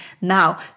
now